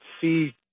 see